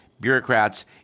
bureaucrats